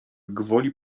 gwoli